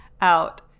out